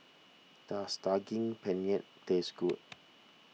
does Daging Penyet taste good